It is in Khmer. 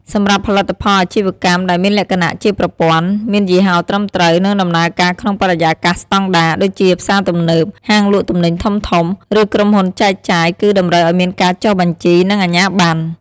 សម្រាប់ផលិតផលអាជីវកម្មដែលមានលក្ខណៈជាប្រព័ន្ធ មានយីហោត្រឹមត្រូវ និងដំណើរការក្នុងបរិយាកាសស្តង់ដារ ដូចជាផ្សារទំនើប ហាងលក់ទំនិញធំៗ ឬក្រុមហ៊ុនចែកចាយ គឺតម្រូវឱ្យមានការចុះបញ្ជី និងអាជ្ញាប័ណ្ណ។